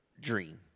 dream